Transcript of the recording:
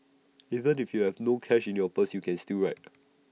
even if you have no cash in your purse you can still ride